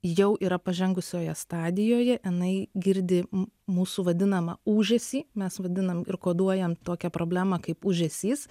jau yra pažengusioje stadijoje inai girdi m mūsų vadinamą ūžesį mes vadinam ir koduojam tokią problemą kaip ūžesys